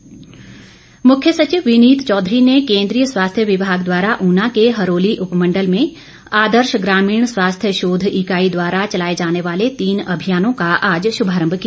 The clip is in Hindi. विनीत चौधरी मुख्य सचिव विनीत चौधरी ने केन्द्रीय स्वास्थ्य विभाग द्वारा ऊना के हरोली उपमंडल में आदर्श ग्रामीण स्वास्थ्य शोध इकाई द्वारा चलाए जाने वाले तीन अभियानों का आज श्र्भारंभ किया